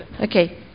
Okay